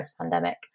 pandemic